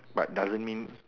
but doesn't mean